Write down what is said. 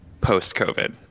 post-COVID